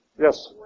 Yes